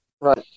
Right